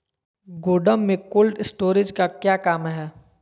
गोडम में cold storage का क्या काम है?